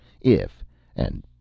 if—and